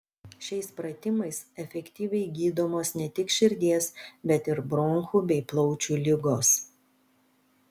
šiais pratimais efektyviai gydomos ne tik širdies bet ir bronchų bei plaučių ligos